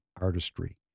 artistry